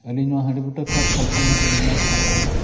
ᱟᱹᱞᱤᱧ ᱱᱚᱣᱟ ᱦᱟᱺᱰᱤᱵᱩᱴᱟᱹ ᱠᱷᱚᱱ ᱥᱟᱞᱠᱷᱟᱱ ᱢᱟᱹᱱᱰᱤ ᱞᱤᱧ ᱢᱮᱱᱮᱫ ᱠᱟᱱ ᱛᱟᱦᱮᱱᱟ